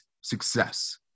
success